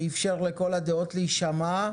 שאפשר לכל הדעות להישמע.